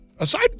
Aside